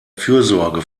fürsorge